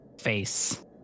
face